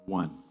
one